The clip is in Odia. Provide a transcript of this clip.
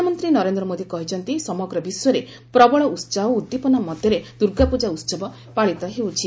ପ୍ରଧାନମନ୍ତ୍ରୀ ନରେନ୍ଦ୍ର ମୋଦି କହିଛନ୍ତି ସମଗ୍ର ବିଶ୍ୱରେ ପ୍ରବଳ ଉତ୍ସାହ ଓ ଉଦ୍ଦୀପନା ମଧ୍ୟରେ ଦୁର୍ଗାପୂଜା ଉତ୍ସବ ପାଳିତ ହେଉଛି